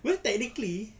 well technically